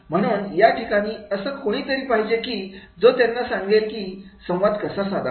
म्हणून या ठिकाणी असं कोणीतरी पाहिजे की जो त्यांना हे सांगेल की संवाद कसा साधावा